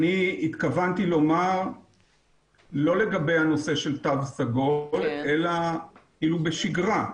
אני התכוונתי לומר לא בנושא של תו סגול אלא בשגרה.